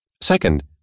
Second